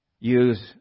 Use